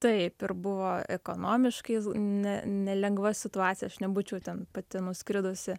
taip ir buvo ekonomiškai ne nelengva situacija aš nebūčiau ten pati nuskridusi